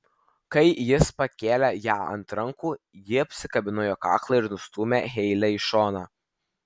kai jis pakėlė ją ant rankų ji apsikabino jo kaklą ir nustūmė heilę į šoną